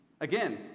Again